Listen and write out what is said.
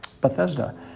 Bethesda